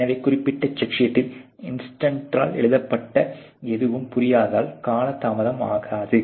எனவே குறிப்பிட்ட செக் ஷீட்டில் இன்ஸ்பெக்டரால் எழுதப்பட்ட எதுவும் புரியாததால் கால தாமதம் ஆகாது